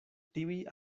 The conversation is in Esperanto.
tiuj